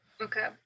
Okay